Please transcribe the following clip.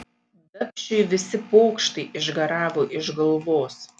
dapšiui visi pokštai išgaravo iš galvos